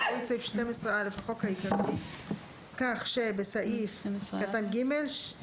יקראו את סעיף 12א לחוק העיקרי כך שבסעיף קטן (ג),